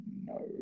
No